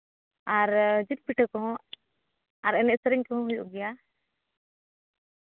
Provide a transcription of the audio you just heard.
ᱟᱨ ᱡᱤᱞ ᱯᱤᱴᱷᱟᱹ ᱠᱚᱦᱚᱸ ᱟᱨ ᱮᱱᱮᱡ ᱥᱮᱨᱮᱧ ᱠᱚᱦᱚᱸ ᱦᱩᱭᱩᱜ ᱜᱮᱭᱟ